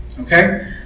okay